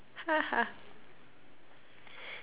ha ha